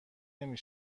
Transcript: نمی